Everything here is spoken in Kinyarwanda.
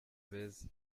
beza